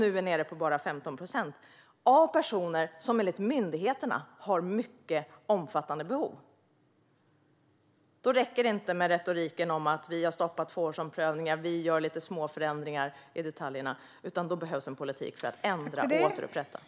Nu är det bara 15 procent som enligt myndigheterna har mycket omfattande behov. Då räcker det inte med retoriken: Vi har stoppat tvåårsomprövningar, och vi gör lite småförändringar i detaljerna. Det behövs en politik för att ändra och återupprätta.